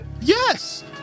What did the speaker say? Yes